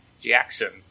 Jackson